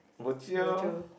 bo jio